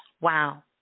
wow